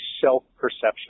self-perception